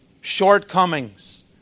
Shortcomings